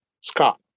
Scott